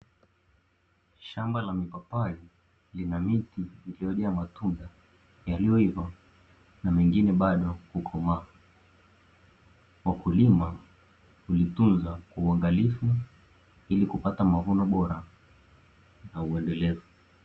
Shamba la mipapai lina miti ya matunda, yaliyoiva na mengine bado kukomaa, wakulima hulitunza kwa uangalifu, ili kupata mavuno bora na uendelevu.